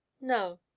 no